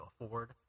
afford